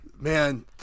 Man